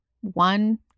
One